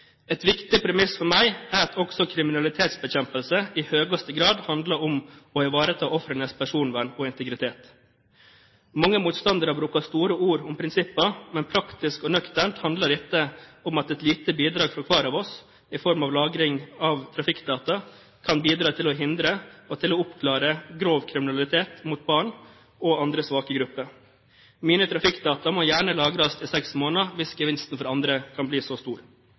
Et viktig premiss for meg er at også kriminalitetsbekjempelse i høyeste grad handler om å ivareta ofrenes personvern og integritet. Mange motstandere bruker store ord om prinsipper, men praktisk og nøkternt handler dette om at et lite bidrag fra hver av oss i form av lagring av trafikkdata kan bidra til å hindre og til å oppklare grov kriminalitet mot barn og andre svake grupper. Mine trafikkdata må gjerne lagres i seks måneder hvis gevinsten for andre kan bli så stor.